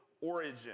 origin